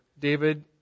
David